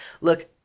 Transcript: Look